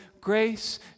grace